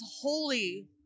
holy